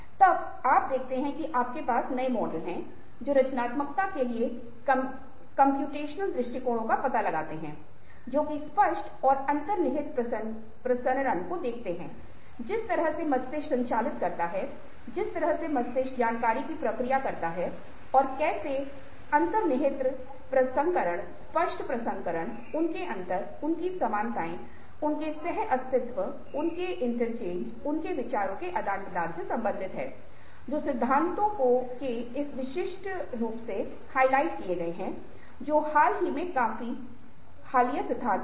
तब आप देखते हैं कि आपके पास नए मॉडल हैं जो रचनात्मकता के लिए कम्प्यूटेशनल दृष्टिकोणों का पता लगाते हैं जो कि स्पष्ट और अंतर्निहित प्रसंस्करण को देखते हैं जिस तरह से मस्तिष्क संचालित करता है जिस तरह से मस्तिष्क जानकारी की प्रक्रिया करता है और कैसे अंतर्निहित प्रसंस्करण स्पष्ट प्रसंस्करण उनके अंतर उनकी समानताएं उनके सह अस्तित्व उनके इंटरचेंज उनके विचारों के आदान प्रदान से संबंधित है जो सिद्धांतों के इस विशेष सेट में हाइलाइट किए गए हैं जो हाल ही में काफी हालिया सिद्धांत हैं